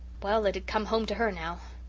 well, it had come home to her now.